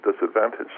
disadvantage